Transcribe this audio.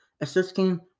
assisting